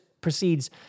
proceeds